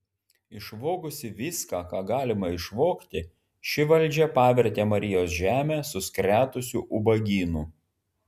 išvogusi viską ką galima išvogti ši valdžia pavertė marijos žemę suskretusiu ubagynu